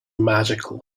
magical